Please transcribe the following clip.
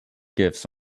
gifts